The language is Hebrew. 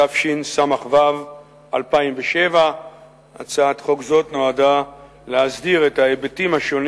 התשס"ו 2007. הצעת חוק זו נועדה להסדיר את ההיבטים השונים